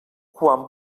quan